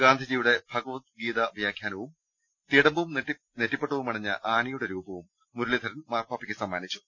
ഗാന്ധിജിയുടെ ഭഗവത്ഗീതാ വ്യാഖ്യാനവും തിടമ്പും നെറ്റിപ്പട്ടവുമണിഞ്ഞ ആനയുടെ രൂപവും മുരളീധരൻ മാർപാപ്പയ്ക്ക് സമ്മാനിച്ചു